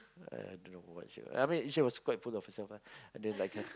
I don't know what she uh I mean she was quite full of herself ah and then like uh